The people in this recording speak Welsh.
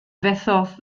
fethodd